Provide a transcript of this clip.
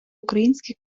український